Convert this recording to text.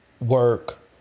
work